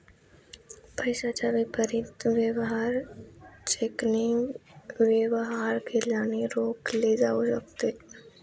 पैशाच्या विपरीत वेवहार चेकने वेवहार केल्याने रोखले जाऊ शकते